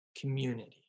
community